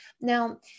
Now